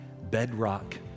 bedrock